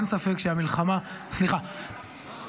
סליחה,